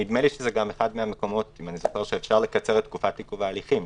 נדמה לי שזה גם אחד המקומות שאפשר לקצר את תקופת עיכוב ההליכים,